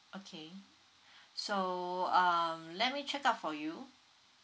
okay so um let me check out for you